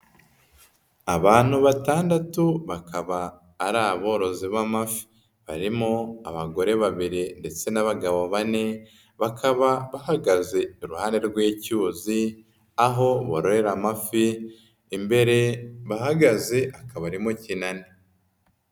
Abantu batandatu bakaba ari aborozi b'amafi. Barimo abagore babiri ndetse n'abagabo bane bakaba bahagaze iruhande rw'icyuzi, aho barorera amafi, imbere bahagaze akaba ari mu kinani.